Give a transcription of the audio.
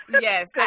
Yes